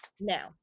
Now